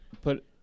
put